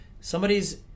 somebody's